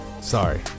Sorry